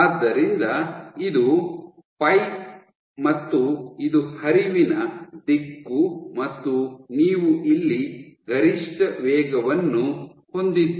ಆದ್ದರಿಂದ ಇದು ಪೈಪ್ ಮತ್ತು ಇದು ಹರಿವಿನ ದಿಕ್ಕು ಮತ್ತು ನೀವು ಇಲ್ಲಿ ಗರಿಷ್ಠ ವೇಗವನ್ನು ಹೊಂದಿದ್ದೀರಿ